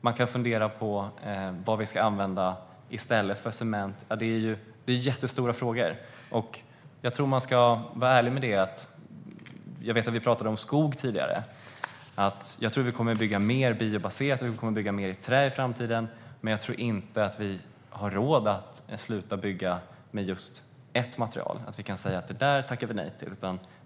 Man kan också fundera på vad vi ska använda i stället för cement. Dessa frågor är jättestora. Vi talade om skog tidigare. Jag tror att vi kommer att bygga mer biobaserat och mer i trä i framtiden, men jag tror inte att vi har råd att sluta bygga med ett material och att tacka nej till det.